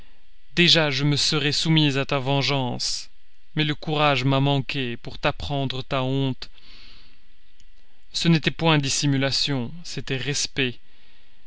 déjà je me serais soumise à ta vengeance mais le courage m'a manqué pour t'apprendre ta honte ce n'était point dissimulation c'était respect